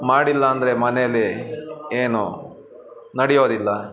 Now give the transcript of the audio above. ಮಾಡಿಲ್ಲಾಂದರೆ ಮನೆಯಲ್ಲಿ ಏನು ನಡೆಯೋದಿಲ್ಲ